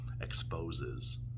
exposes